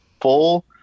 full